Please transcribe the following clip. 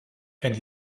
and